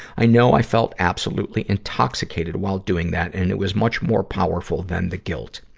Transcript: i know i felt absolutely intoxicated while doing that and it was much more powerful than the guilt.